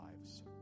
lives